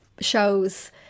shows